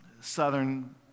southern